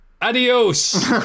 Adios